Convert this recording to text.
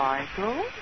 Michael